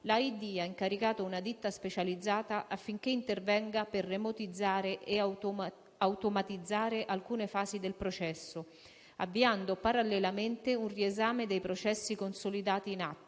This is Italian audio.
l'AID ha incaricato una ditta specializzata affinché intervenga per remotizzare e automatizzare alcune fasi del processo, avviando parallelamente un riesame dei processi consolidati in atto